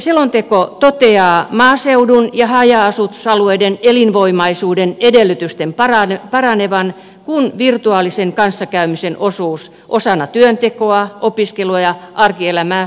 selonteko toteaa maaseudun ja haja asutusalueiden elinvoimaisuuden edellytysten paranevan kun virtuaalisen kanssakäymisen osuus osana työntekoa opiskelua ja arkielämää kasvaa